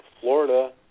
Florida